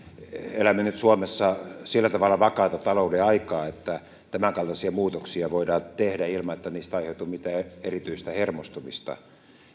elämme nyt suomessa sillä tavalla vakaata talouden aikaa että tämänkaltaisia muutoksia voidaan tehdä ilman että niistä aiheutuu mitään erityistä hermostumista